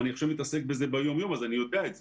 אני עכשיו עוסק בזה ביום יום ואני יודע את זה.